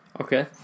Okay